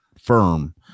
firm